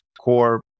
Core